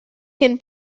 can